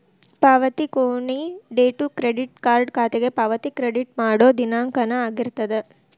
ಪಾವತಿ ಕೊನಿ date credit card ಖಾತೆಗೆ ಪಾವತಿ ಕ್ರೆಡಿಟ್ ಮಾಡೋ ದಿನಾಂಕನ ಆಗಿರ್ತದ